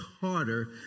harder